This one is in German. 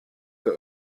der